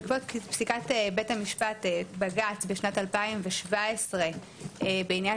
בעקבות פסיקת בג"ץ בשנת 2017 בעניין